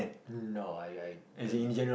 no I I don't